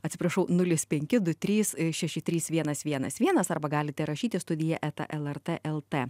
atsiprašau nulis penki du trys šeši trys vienas vienas vienas arba galite rašyti studija eta lrt lt